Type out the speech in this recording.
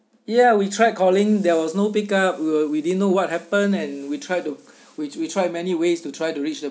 ya we tried calling there was no pickup we'll we didn't know what happen and we tried to we we tried many ways to try to reach the